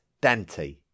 Dante